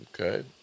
Okay